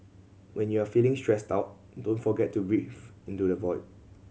when you are feeling stressed out don't forget to breathe into the void